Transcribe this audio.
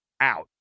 out